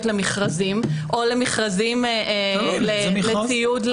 למכרזים או למכרזים לציוד לאירועים --- תלוי איזה מכרז.